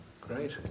Great